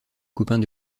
copains